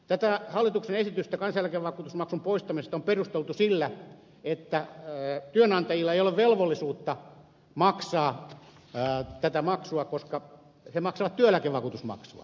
tätä hallituksen esitystä kansaneläkevakuutusmaksun poistamisesta on perusteltu sillä että työnantajilla ei ole velvollisuutta maksaa tätä maksua koska he maksavat työeläkevakuutusmaksua